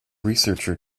researcher